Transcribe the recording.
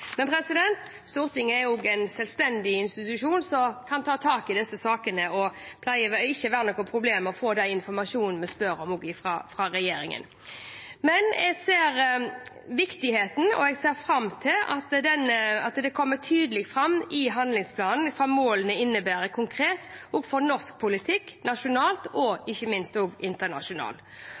men Stortinget er en selvstendig institusjon som kan ta tak i disse sakene. Det pleier ikke være noe problem å få den informasjonen vi spør etter fra regjeringen. Men jeg ser viktigheten, og jeg ser fram til at det kommer tydelig fram i handlingsplanen hva målene innebærer konkret for norsk politikk nasjonalt og ikke minst internasjonalt. Som representanten Mathisen var inne på, er det mange gode eksempler der ute, ikke bare fra regjering, storting og